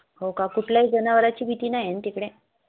हो का कुठल्याही जनावराची भीती नाही आहे न तिकडे